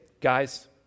guys